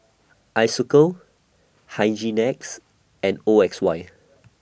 Isocal Hygin X and O X Y